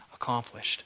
accomplished